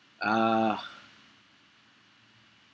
uh